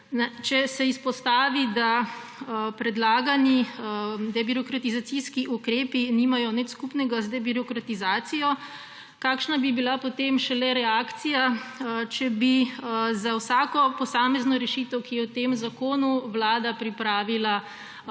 če se izpostavi, da predlagani debirokratizacijski ukrepi nimajo nič skupnega z debirokratizacijo, kakšna bi bila šele reakcija, če bi za vsako posamezno rešitev, ki je v tem zakonu, Vlada pripravila